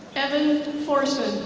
evan forcehood.